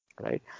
Right